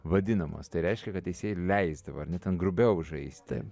vadinamos tai reiškia kad teisėjai leisdavo ar ne ten grubiau žaisti